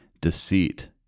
deceit